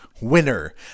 winner